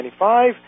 1995